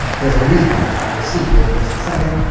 there's a reason for that. you'll see here in just a second.